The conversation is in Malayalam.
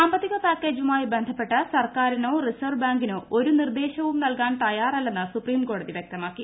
സാമ്പത്തിക പാക്കേജുമായി ബന്ധപ്പെട്ട് സർക്കാരിനോ റിസർവ് ബാങ്കിനോ ഒരു നിർദ്ദേശവും നൽകാൻ തയ്യാറല്ലെന്ന് സുപ്രീം കോടതി വൃക്തമാക്കി